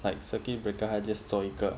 like circuit breaker 他 just 做一个